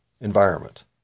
environment